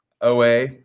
OA